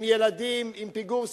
עם ילדים עם פיגור שכלי.